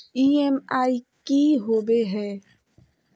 EMI की होवे है?